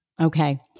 Okay